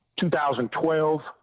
2012